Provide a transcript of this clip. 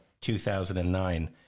2009